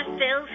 Phil